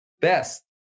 best